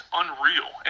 unreal